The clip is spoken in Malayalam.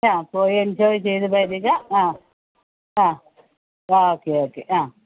ആ പോയി എൻജോയ് ചെയ്തു വരുക ആ ആ ഓക്കെ ഓക്കെ ആ